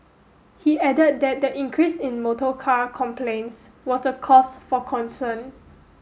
he added that the increase in motorcar complaints was a cause for concern